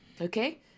Okay